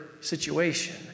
situation